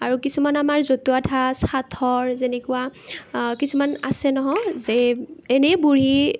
আৰু কিছুমান আমাৰ জতুৱা ঠাঁচ সাঁথৰ যেনেকুৱা কিছুমান আছে ন যে এনেই বুঢ়ীৰ